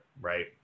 right